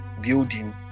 building